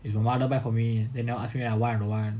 it's my mother buy for me then you ask me why I don't want